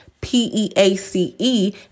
P-E-A-C-E